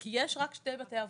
כי יש רק שתי בתי אבות,